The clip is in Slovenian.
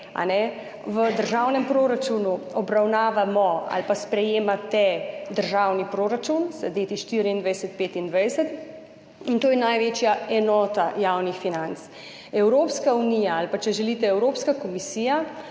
V državnem proračunu obravnavamo ali pa sprejemate državni proračun za leti 2024, 2025, in to je največja enota javnih financ. Evropska unija ali, če želite, Evropska komisija